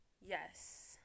Yes